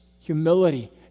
humility